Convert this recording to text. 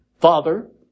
Father